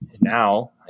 Now